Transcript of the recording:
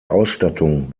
ausstattung